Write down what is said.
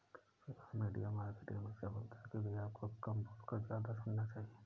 social media marketing में सफलता के लिए आपको कम बोलकर ज्यादा सुनना चाहिए